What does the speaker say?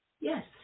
Yes